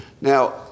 Now